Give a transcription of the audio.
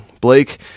Blake